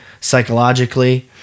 psychologically